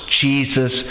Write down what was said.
Jesus